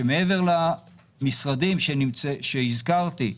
שמעבר למשרדים שהזכרתי,